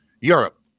Europe